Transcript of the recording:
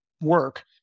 work